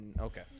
Okay